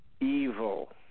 evil